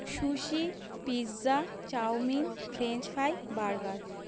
sushi pizza chowmein French fry burger